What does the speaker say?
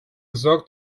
sorgt